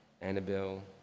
Annabelle